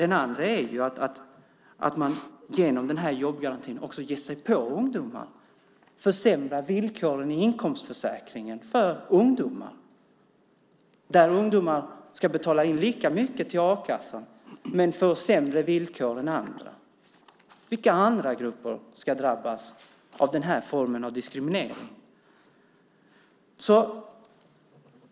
En annan skillnad är att man genom den här jobbgarantin ger sig på ungdomar genom att försämra villkoren i inkomstförsäkringen för ungdomar, där ungdomar ska betala in lika mycket till a-kassan men får sämre villkor än andra. Vilka andra grupper ska drabbas av den här formen av diskriminering?